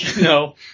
No